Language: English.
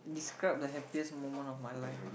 describe the happiest moment of my life ah